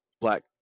black